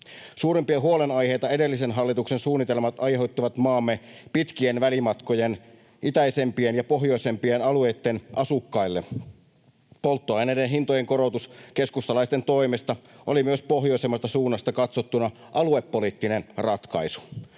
Suurimpia huolenaiheita edellisen hallituksen suunnitelmat aiheuttivat maamme pitkien välimatkojen itäisempien ja pohjoisempien alueitten asukkaille. Polttoaineiden hintojen korotus keskustalaisten toimesta oli pohjoisemmasta suunnasta katsottuna myös aluepoliittinen ratkaisu